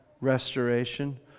restoration